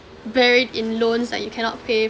buried in loans that you cannot pay